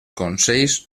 consells